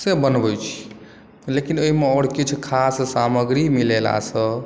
से बनबै छी लेकिन ओहिमे आओर किछु खास सामग्री मिलेलासँ